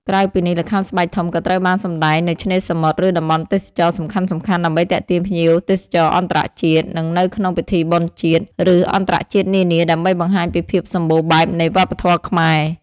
ក្រៅពីនេះ ល្ខោនស្បែកធំក៏ត្រូវបានសម្តែងនៅ ឆ្នេរសមុទ្រ ឬតំបន់ទេសចរណ៍សំខាន់ៗដើម្បីទាក់ទាញភ្ញៀវទេសចរអន្តរជាតិ និងនៅក្នុងពិធីបុណ្យជាតិ ឬអន្តរជាតិនានា ដើម្បីបង្ហាញពីភាពសម្បូរបែបនៃវប្បធម៌ខ្មែរ។